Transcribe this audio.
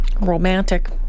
Romantic